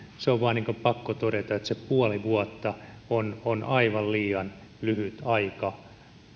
se on vain pakko todeta se puoli vuotta on on aivan liian lyhyt aika